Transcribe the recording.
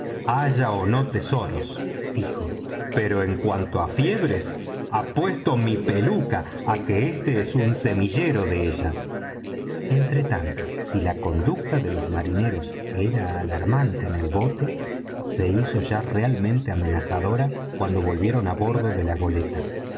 haya ó no tesoros dijo pero en cuanto á fiebres apuesto mi peluca á que este es un semillero de ellas entre tanto si la conducta de los marineros era alarmante en el bote se hizo ya realmente amenazadora cuando volvieron á bordo de la goleta